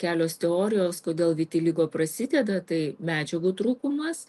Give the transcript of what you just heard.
kelios teorijos kodėl vitiligo prasideda tai medžiagų trūkumas